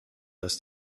dass